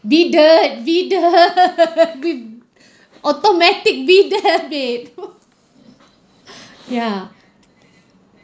bidet bidet with automatic bidet babe ya